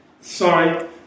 Sorry